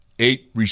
Eight